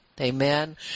Amen